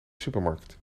supermarkt